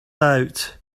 out